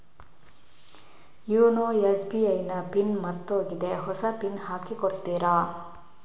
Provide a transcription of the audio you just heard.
YONO SBI ನ PIN ಮರ್ತೋಗಿದೆ ಹೊಸ ಪಿನ್ ಹಾಕಿ ಕೊಡ್ತೀರಾ?